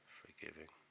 forgiving